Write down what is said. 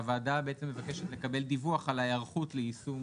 הוועדה בעצם מבקשת לקבל דיווח על ההיערכות ליישום